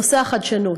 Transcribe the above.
נושא החדשנות,